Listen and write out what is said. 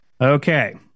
Okay